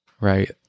right